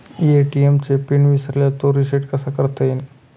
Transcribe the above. ATM चा PIN विसरल्यास तो रिसेट कसा करता येईल?